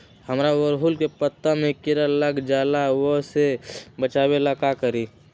हमरा ओरहुल के पत्ता में किरा लग जाला वो से बचाबे ला का करी?